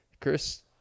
Chris